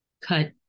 cut